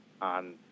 on